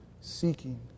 seeking